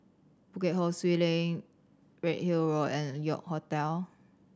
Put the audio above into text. Bukit Ho Swee Link Redhill Road and York Hotel